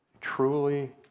truly